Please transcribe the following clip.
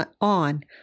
on